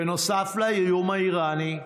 בנוסף לאיום האיראני,